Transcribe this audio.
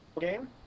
game